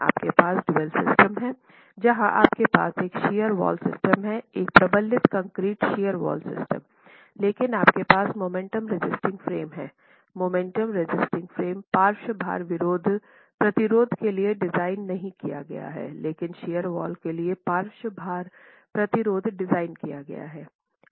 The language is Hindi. आपके पास ड्यूल सिस्टम है जहां आपके पास एक शियर वॉल सिस्टम है एक प्रबलित कंक्रीट शियर वॉल सिस्टम लेकिन आपके पास मोमेंट रेसिस्टिंग फ्रेम्स है मोमेंट रेसिस्टिंग फ्रेम्स पार्श्व भार प्रतिरोध के लिए डिजाइन नहीं किया गया है लेकिन शियर वॉल के लिए पार्श्व भार प्रतिरोध डिज़ाइन किया गया है